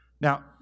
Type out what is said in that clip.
Now